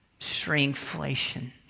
stringflation